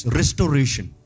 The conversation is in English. restoration